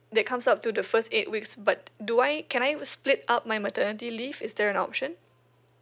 that comes up to the first eight weeks but do I can I split up my maternity leave is that an option